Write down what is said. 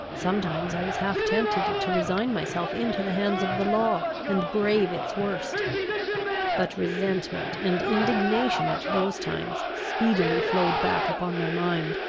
sometimes i was half tempted to resign myself into the hands of the law, and brave its worst but resentment and indignation at those times speedily flowed back upon my mind,